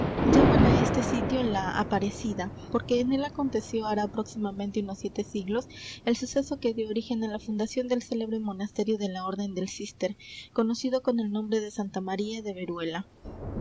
llaman á este sitio la aparecida porque en él aconteció hará próximamente unos siete siglos el suceso que dió origen á la fundación del célebre monasterio de la orden del cister conocido con el nombre de santa maría de veruela